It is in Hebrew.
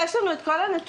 יש לנו את כל הנתונים.